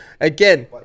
again